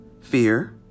fear